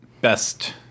best